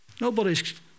nobody's